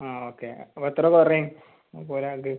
ആ ഓക്കെ അപ്പം എത്ര കുറയും അപ്പം ഒരാൾക്ക്